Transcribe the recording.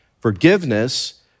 forgiveness